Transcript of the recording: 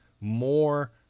more